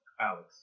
Alex